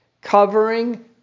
Covering